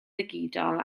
digidol